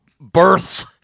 births